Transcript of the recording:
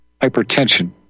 hypertension